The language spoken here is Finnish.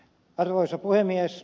arvoisa puhemies